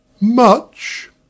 Much